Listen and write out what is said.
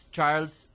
Charles